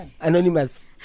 Anonymous